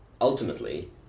ultimately